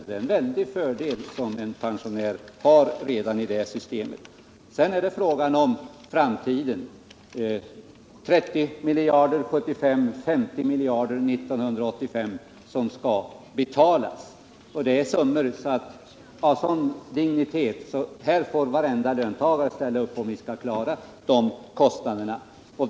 Pensionärerna har redan en betydande fördel i det här systemet. Sedan är det frågan om framtiden — 30 miljarder 1975, 50 miljarder 1985. Det är summor av sådan dignitet att här får varenda löntagare ställa upp om vi skall klara kostnaderna.